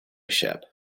ship